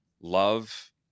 love